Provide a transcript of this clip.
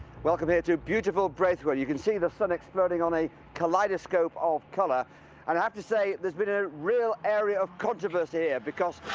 welcome here to beautiful braithwell. you can see the sun exploding on a kaleidoscope of colour. and i have to say, there's been a real area of controversy here, because